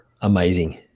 Amazing